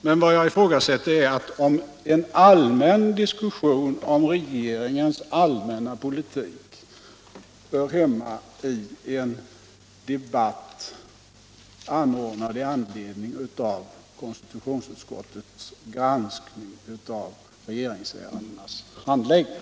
Men vad jag ifrågasätter är om en diskussion om regeringens allmänna politik hör hemma i den debatt anordnad i anledning av konstitutionsutskottets granskning av regeringsärendenas handläggning.